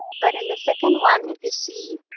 but in the second one, if you see